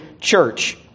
church